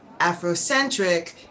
Afrocentric